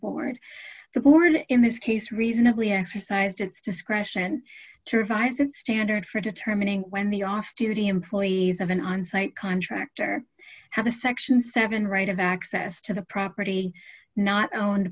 board the board in this case reasonably exercised its discretion to revise that standard for determining when the off duty employees of an onsite contractor have a section seven right of access to the property not owned